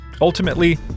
Ultimately